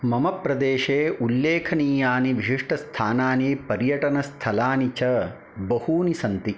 मम प्रदेशे उल्लेखनीयानि विशिष्टस्थानानि पर्यटनस्थलानि च बहूनि सन्ति